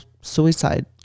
suicide